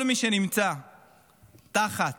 כל מי שנמצא תחת